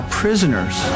prisoners